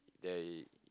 they